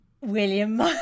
William